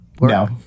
No